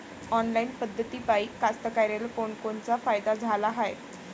Online पद्धतीपायी कास्तकाराइले कोनकोनचा फायदा झाला हाये?